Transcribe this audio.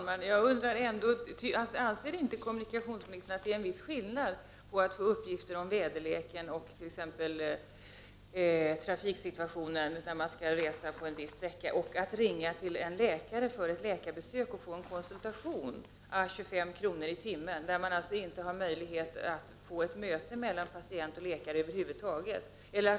Herr talman! Anser inte kommunikationsministern att det är en viss skillnad på att t.ex. få uppgifter om väderleken och trafiksituationen när man skall ut och resa en viss sträcka och att ringa till en läkare och få en konsultation å 25 kr. i timmen utan att ha någon möjlighet till ett möte mellan patient och läkare?